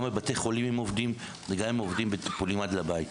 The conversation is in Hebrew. גם עם בתי החולים עובדים וגם בטיפולים עד הבית.